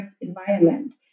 environment